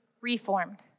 reformed